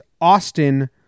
Austin